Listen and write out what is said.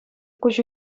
куҫ